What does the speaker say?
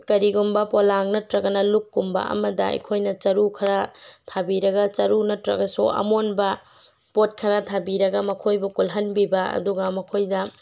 ꯀꯔꯤꯒꯨꯝꯕ ꯄꯣꯂꯥꯡ ꯅꯠꯇ꯭ꯔꯒꯅ ꯂꯨꯞ ꯀꯨꯝꯕ ꯑꯃꯗ ꯑꯩꯈꯣꯏꯅ ꯆꯔꯨ ꯈꯔ ꯊꯥꯕꯤꯔꯒ ꯆꯔꯨ ꯅꯠꯇ꯭ꯔꯒꯁꯨ ꯑꯃꯣꯟꯕ ꯄꯣꯠ ꯈꯔ ꯊꯥꯕꯤꯔꯒ ꯃꯈꯣꯏꯕꯨ ꯀꯨꯜꯍꯟꯕꯤꯕ ꯑꯗꯨꯒ ꯃꯈꯣꯏꯗ